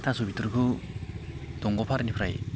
थास' बिथुरिखौ दंग' फारनिफ्राय